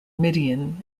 midian